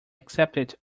accepted